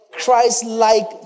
Christ-like